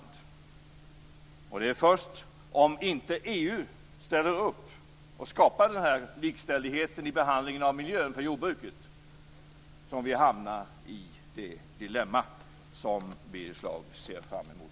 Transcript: Det är först om EU inte ställer upp och skapar denna likställighet i behandlingen av miljön för jordbruket som vi hamnar i det dilemma som Birger Schlaug ser fram emot.